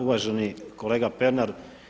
Uvaženi kolega Pernar.